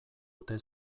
ote